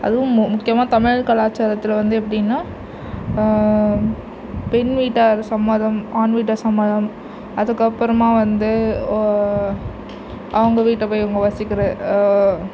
அதுவும் மு முக்கியமாக தமிழ் கலாச்சாரத்தில் வந்து எப்படின்னா பெண் வீட்டார் சம்மதம் ஆண் வீட்டார் சம்மதம் அதுக்கப்புறமா வந்து அவங்க வீட்டை போய் இவங்க வசிக்கிற